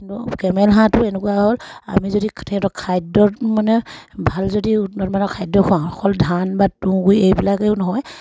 কিন্তু কেমেল হাঁহটো এনেকুৱা হ'ল আমি যদি সিহঁতৰ খাদ্যত মানে ভাল যদি উন্নত মানে খাদ্য খুৱাওঁ অকল ধান বা তুঁহ এইবিলাকেও নহয়